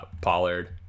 Pollard